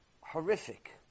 horrific